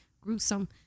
gruesome